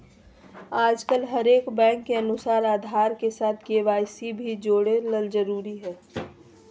आजकल हरेक बैंक के अनुसार आधार के साथ के.वाई.सी जोड़े ल जरूरी हय